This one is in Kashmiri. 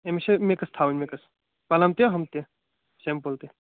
أمِس چھِ مِکٕس تھوٕنۍ مِکٕس پٕلم تہِ ہُم تہِ سِمپٕل تہِ